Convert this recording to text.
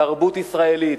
תרבות ישראלית,